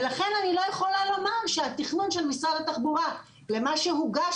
ולכן אני לא יכולה לומר שהתכנון של משרד התחבורה למה שהוגש